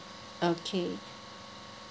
okay